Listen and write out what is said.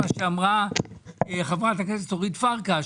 מה שאמרה חברת הכנסת אורית פרקש,